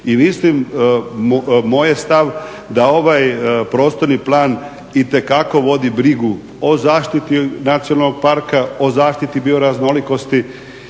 mislim, moj je stav da ovaj prostorni plan itekako vodi brigu o zaštiti nacionalnog parka, o zaštiti bio raznolikosti